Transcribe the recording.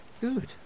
Good